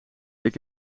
heb